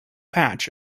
patch